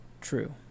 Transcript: True